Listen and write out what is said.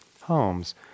homes